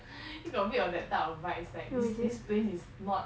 here got a bit of that type of vibes like this this place is not